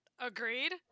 agreed